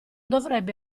dovrebbe